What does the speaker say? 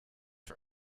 for